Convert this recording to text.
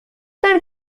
ten